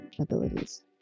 abilities